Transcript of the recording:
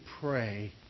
pray